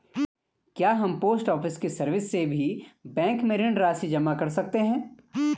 क्या हम post office की सर्विस से भी बैंक में ऋण राशि जमा कर सकते हैं?